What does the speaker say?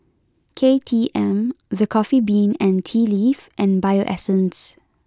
K T M The Coffee Bean and Tea Leaf and Bio Essence